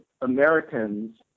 Americans